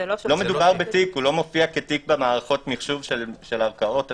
הוא לא מופיע כתיק במערכות המחשוב של ערכאות השיפוט.